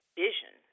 vision